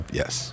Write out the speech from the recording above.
yes